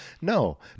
no